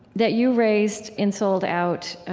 that you raised in souled out,